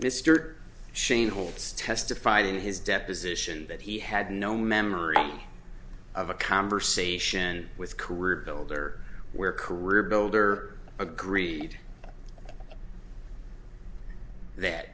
mr shane holtz testified in his deposition that he had no memory of a conversation with career builder where career builder agreed that